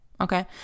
okay